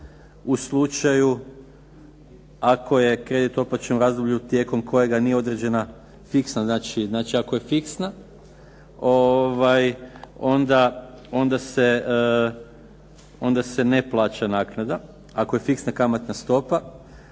u slučaju ako je kredit otplaćen u razdoblju tijekom kojega nije određena fiksna. Znači ako je fiksna onda se ne plaća naknada. Ako je fiksna kamatna stopa,